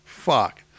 fuck